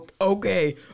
okay